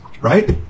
right